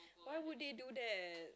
why would they do that